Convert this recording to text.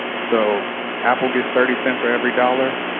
so apple gets thirty cents for every dollar,